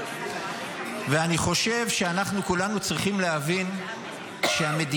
אני חושב שאנחנו כולנו צריכים להבין שהמדינה